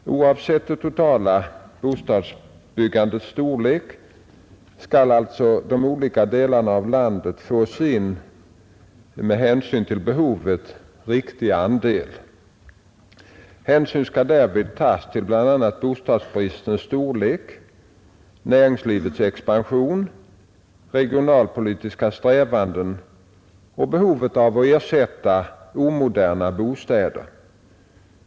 Oavsett det totala bostadsbyggandets storlek skall alltså de olika delarna av landet få sin med hänsyn till behovet riktiga andel. Hänsyn skall härvid tas till bl.a. bostadsbristens storlek, näringslivets expansion, regionalpolitiska strävanden och behovet av att ersätta omoderna bostäder.